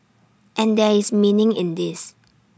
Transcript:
and there is meaning in this